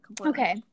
Okay